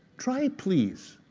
try, please,